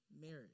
marriage